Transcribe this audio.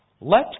Let